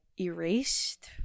Erased